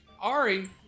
Ari